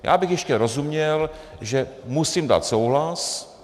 Já bych ještě rozuměl, že musím dát souhlas.